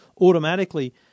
automatically